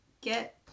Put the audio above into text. get